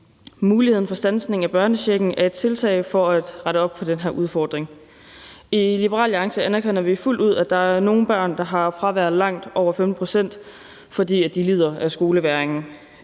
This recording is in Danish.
Muligheden for standsningen af børnechecken er et tiltag for at rette op på den her udfordring. I Liberal Alliance anerkender vi fuldt ud, at der er nogle børn, der har et fravær på langt over 15 pct., fordi de lider af skolevægring.